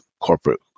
corporate